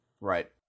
Right